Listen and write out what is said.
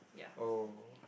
oh